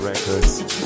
records